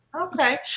Okay